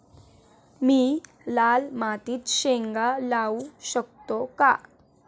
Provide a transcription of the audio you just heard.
मी लाल मातीत शेंगा लावू शकतो का?